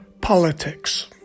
politics